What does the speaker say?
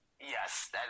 Yes